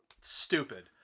stupid